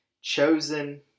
chosen